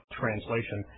translation